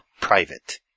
private